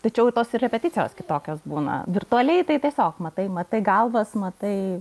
tačiau tos repeticijos kitokios būna virtualiai tai tiesiog matai matai galvas matai